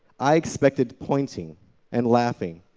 i expected pointing and laughing.